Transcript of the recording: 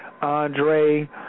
Andre